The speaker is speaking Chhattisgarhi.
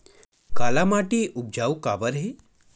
काला माटी उपजाऊ काबर हे?